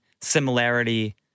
similarity